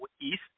East